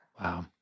Wow